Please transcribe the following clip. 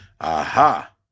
Aha